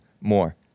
more